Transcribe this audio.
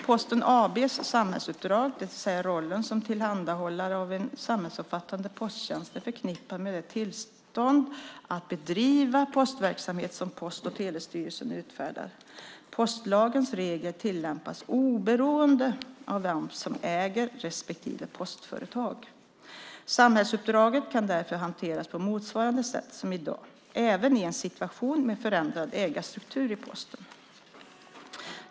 Posten AB:s samhällsuppdrag, det vill säga rollen som tillhandahållare av en samhällsomfattande posttjänst, är förknippat med det tillstånd att bedriva postverksamhet som Post och telestyrelsen utfärdar. Postlagens regler tillämpas oberoende av vem som äger respektive postföretag. Samhällsuppdraget kan därför hanteras på motsvarande sätt som i dag, även i en situation med förändrad ägarstruktur i Posten.